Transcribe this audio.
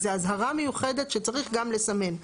איזה אזהרה מיוחדת שצריך גם לסמן.